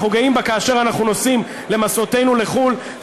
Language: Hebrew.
אנחנו גאים בה כאשר אנחנו נוסעים למסעותינו לחו"ל.